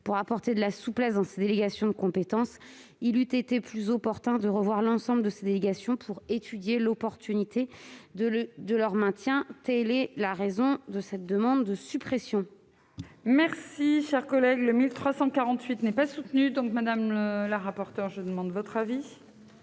pour apporter de la souplesse dans ces délégations de compétences, il eût été plus opportun de revoir l'ensemble de ces délégations pour étudier l'opportunité de leur maintien. Telle est la raison de cette demande de suppression. L'amendement n° 1348 n'est pas soutenu. Quel est l'avis de la commission